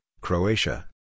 Croatia